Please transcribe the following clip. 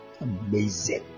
amazing